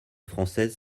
française